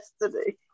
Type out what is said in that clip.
yesterday